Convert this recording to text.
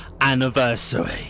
anniversary